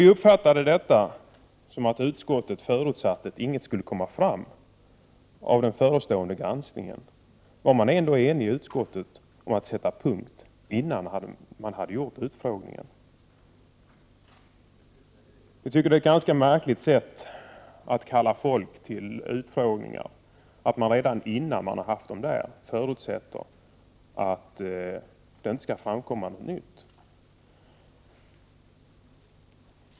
Vi uppfattade detta som att utskottet förutsatte att inget skulle komma fram av den förestående granskningen men att utskottet ändå var enigt om att sätta punkt innan utfrågningen hade gjorts. Vi tycker att det är ett ganska märkligt sätt att kalla människor till utfrågningar men redan innan de har kommit förutsätta att det inte skall komma fram något nytt.